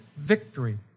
Victory